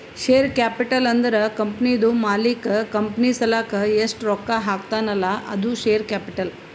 share capital ಅಂದುರ್ ಕಂಪನಿದು ಮಾಲೀಕ್ ಕಂಪನಿ ಸಲಾಕ್ ಎಸ್ಟ್ ರೊಕ್ಕಾ ಹಾಕ್ತಾನ್ ಅಲ್ಲಾ ಅದು ಶೇರ್ ಕ್ಯಾಪಿಟಲ್